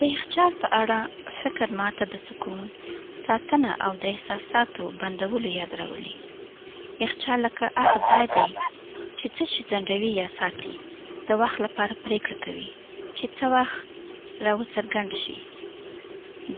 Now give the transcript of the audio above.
د یخچال په اړه فکر ما ته د سکون، ساتنه، او د احساساتو بندولو یاد راولي. یخچال لکه هغه ځای دی چې څه شی ځنډوي یا ساتي، د وخت لپاره پرېکړه کوي چې څه وخت راوڅرګند شي.